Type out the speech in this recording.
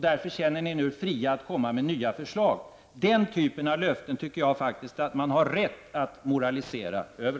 Därför känner ni er nu fria att komma med nya förslag. Den typen av löften tycker jag faktiskt att man har rätt att moralisera över.